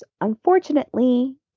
Unfortunately